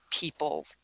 people